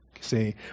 See